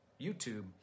YouTube